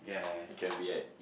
it can be at